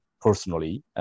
personally